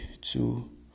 two